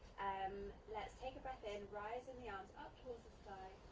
um let's take a breath in, risin' the arms up towards the sky,